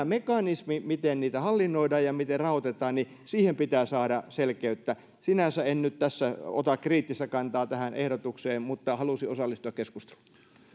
mekanismiin miten niitä hallinnoidaan ja miten rahoitetaan pitää saada selkeyttä sinänsä en nyt tässä ota kriittistä kantaa tähän ehdotukseen mutta halusin osallistua keskusteluun